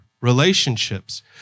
relationships